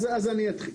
אני אתחיל.